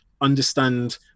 understand